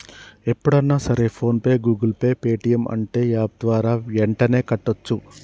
ఎప్పుడన్నా సరే PhonePe Google Pay Paytm అంటే యాప్ ద్వారా యెంటనే కట్టోచ్చు